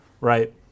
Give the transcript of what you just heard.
Right